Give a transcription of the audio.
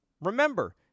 remember